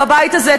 בבית הזה,